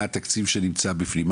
מה התקציב שנמצא בפנים,